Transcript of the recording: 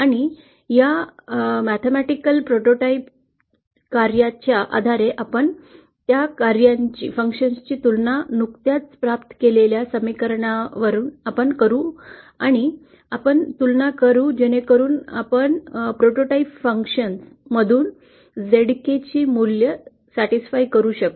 आणि या गणिती नमुना कार्य च्या आधारे आपण त्या कार्यांची तुलना नुकत्याच प्राप्त केलेल्या समीकरणा सह आपण करू आणि आपण तुलना करू जेणेकरून आपण प्रोटोटाइप फंक्शन मधून झेडकेची मूल्ये तृप्त करू शकू